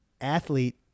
Athlete